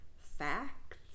facts